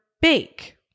bake